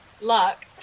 luck